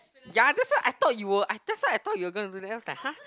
ya that's what I thought you were that's what I thought you were to do that and I was like !huh!